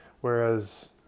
whereas